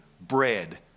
bread